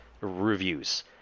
reviews